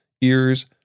ears